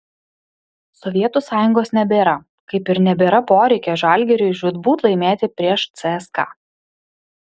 sovietų sąjungos nebėra kaip ir nebėra poreikio žalgiriui žūtbūt laimėti prieš cska